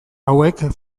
hauek